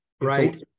Right